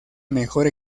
mejor